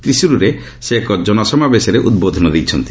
ତ୍ରିସୁରଠାରେ ସେ ଏକ ଜନସମାବେଶରେ ଉଦ୍ବୋଧନ ଦେଇଛନ୍ତି